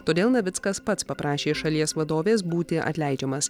todėl navickas pats paprašė šalies vadovės būti atleidžiamas